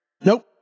Nope